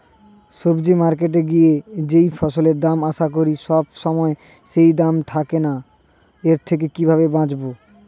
সবজি মার্কেটে গিয়ে যেই ফসলের দাম আশা করি সবসময় সেই দাম থাকে না এর থেকে কিভাবে বাঁচাবো?